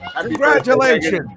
Congratulations